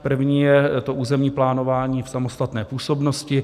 První je územní plánování v samostatné působnosti.